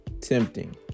tempting